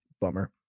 bummer